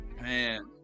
Man